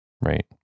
right